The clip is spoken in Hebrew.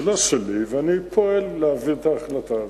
זה לא שלי, ואני פועל להעביר את ההחלטה הזאת.